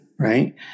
right